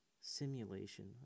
simulation